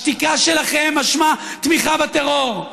השתיקה שלכם משמעה תמיכה בטרור.